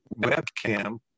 webcam